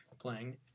playing